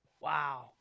Wow